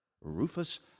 Rufus